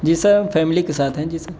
جی sir ہم family کے ساتھ ہیں جی سر